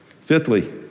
Fifthly